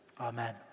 amen